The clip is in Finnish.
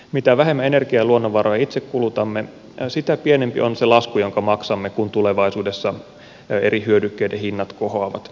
mitä vähemmän energiaa ja luonnonvaroja itse kulutamme sitä pienempi on se lasku jonka maksamme kun tulevaisuudessa eri hyödykkeiden hinnat kohoavat